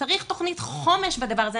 צריך תכנית חומש בדבר הזה,